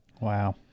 Wow